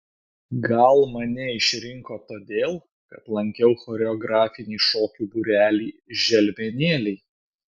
gal mane išrinko todėl kad lankiau choreografinį šokių būrelį želmenėliai